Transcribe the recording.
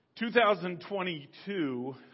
2022